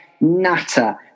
Natter